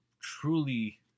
truly